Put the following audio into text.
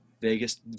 Vegas